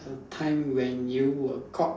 a time when you were caught